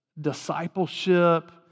discipleship